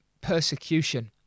persecution